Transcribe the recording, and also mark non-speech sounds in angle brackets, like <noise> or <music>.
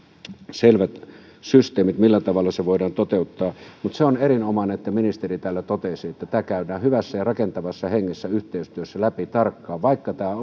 selvät systeemit millä tavalla se voidaan toteuttaa mutta se on erinomaista että ministeri täällä totesi että tämä käydään tarkkaan läpi hyvässä ja rakentavassa hengessä yhteistyössä vaikka tämä <unintelligible>